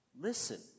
Listen